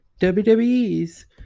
WWE's